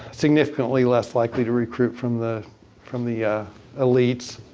significantly less likely to recruit from the from the elites.